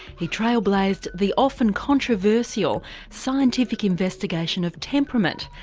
he trailblazed the often controversial scientific investigation of temperament,